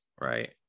right